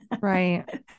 Right